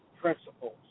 principles